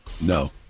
no